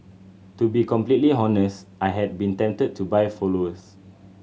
to be completely honest I have been tempted to buy followers